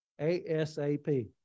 ASAP